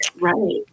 Right